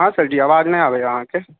हँ सर जी आवाज नहि आबैए अहाँके